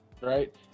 Right